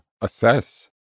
assess